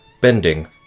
bending